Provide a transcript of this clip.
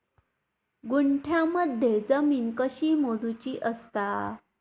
गुंठयामध्ये जमीन कशी मोजूची असता?